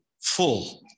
full